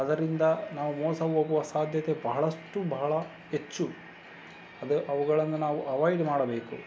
ಅದರಿಂದ ನಾವು ಮೋಸ ಹೋಗುವ ಸಾಧ್ಯತೆ ಬಹಳಷ್ಟು ಬಹಳ ಹೆಚ್ಚು ಅದೇ ಅವುಗಳನ್ನು ನಾವು ಅವೈಡ್ ಮಾಡಬೇಕು